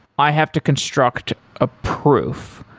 i have to construct a proof.